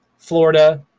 florida,